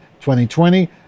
2020